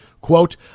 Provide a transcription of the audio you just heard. Quote